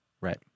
right